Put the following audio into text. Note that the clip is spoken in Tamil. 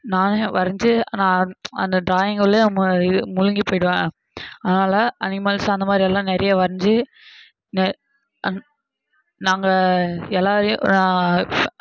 நானே வரைஞ்சி நான் அந்த டிராயிங் உள்ளேயே முழுகி போய்டுவேன் அதனால் அனிமல்ஸ் அந்த மாதிரி எல்லாம் நிறைய வரைஞ்சி நாங்கள் எல்லா